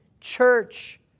church